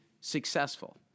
successful